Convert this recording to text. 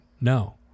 No